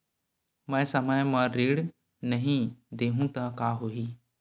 मैं समय म ऋण नहीं देहु त का होही